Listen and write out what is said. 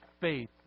faith